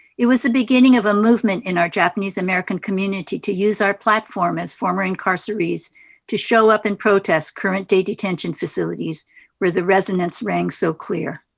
it was the beginning of a movement in our japanese american community to use our platform as former incarserees to show up and in current-day detention facilities where the resonance rang so clear.